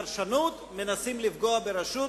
הפרשנות המיידית שלו היא שמנסים לפגוע ברשות,